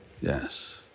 Yes